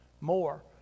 more